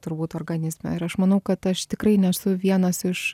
turbūt organizme ir aš manau kad aš tikrai nesu vienas iš